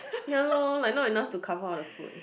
ya loh like not enough to cover all the food